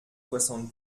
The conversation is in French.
soixante